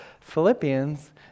Philippians